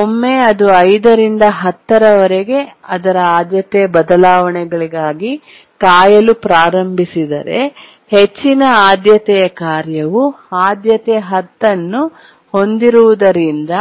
ಒಮ್ಮೆ ಅದು 5 ರಿಂದ 10 ರವರೆಗೆ ಅದರ ಆದ್ಯತೆಯ ಬದಲಾವಣೆಗಳಿಗಾಗಿ ಕಾಯಲು ಪ್ರಾರಂಭಿಸಿದರೆ ಹೆಚ್ಚಿನ ಆದ್ಯತೆಯ ಕಾರ್ಯವು ಆದ್ಯತೆ 10 ಅನ್ನು ಹೊಂದಿರುವುದರಿಂದ